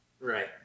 Right